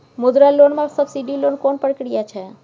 मुद्रा लोन म सब्सिडी लेल कोन प्रक्रिया छै?